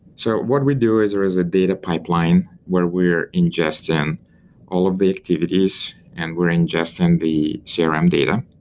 so what we do is there is a data pipeline where we're ingesting all of the activities and we're ingesting the so crm um data,